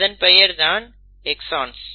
அதன் பெயர் தான் எக்ஸான்ஸ்